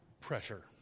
pressure